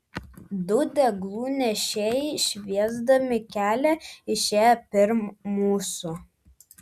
du deglų nešėjai šviesdami kelią išėjo pirm mūsų